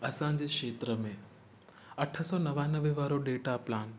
असांजे खेत्र में अठ सौ नवानवे वारो डेटा प्लान